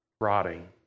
rotting